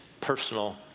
personal